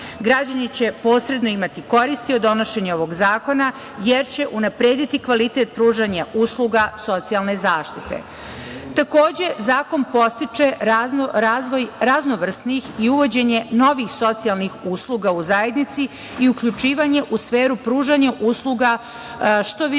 Građani će posredno imati koristi od donošenja ovog Zakona, jer će unaprediti kvalitet pružanja usluga socijalne zaštite. Takođe, zakon podstiče razvoj raznovrsnih i uvođenje novih socijalnih usluga u zajednici i uključivanje u sferu pružanja usluga što više